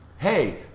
Hey